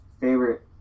favorite